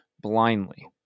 blindly